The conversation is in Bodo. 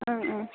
ओं ओं